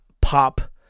pop